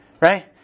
right